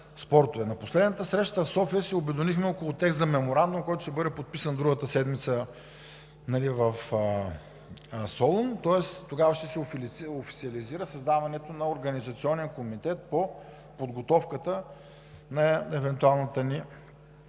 На последната среща в София се обединихме около текст за меморандум, който ще бъде подписан другата седмица в Солун. Тоест, тогава ще се официализира създаването на организационен комитет по подготовката на евентуалната ни